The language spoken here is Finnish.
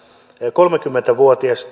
kolmekymmentä vuotias